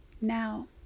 now